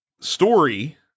story